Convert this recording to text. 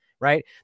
right